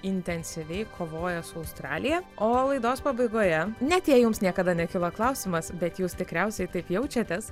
intensyviai kovoja su australija o laidos pabaigoje net jei jums niekada nekilo klausimas bet jūs tikriausiai taip jaučiatės